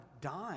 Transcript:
dying